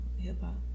hip-hop